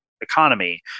economy